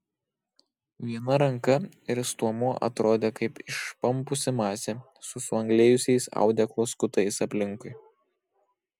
viena ranka ir stuomuo atrodė kaip išpampusi masė su suanglėjusiais audeklo skutais aplinkui